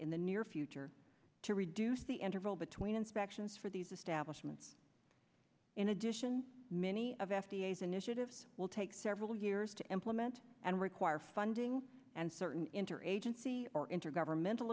in the near future to reduce the interval between inspections for these establishment in addition many of f d a s initiatives will take several years to implement and require funding and certain interagency or intergovernmental